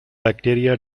bacteria